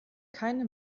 keine